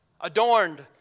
Adorned